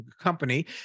company